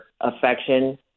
affection